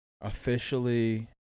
Officially